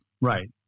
Right